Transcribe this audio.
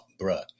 bruh